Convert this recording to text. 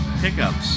pickups